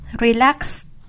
relax